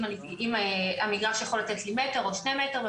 אם המגרש יכול לתת לי מטר או שני מטרים.